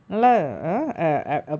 take ya ya